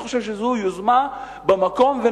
אני חושב שזו יוזמה נכונה ובמקום,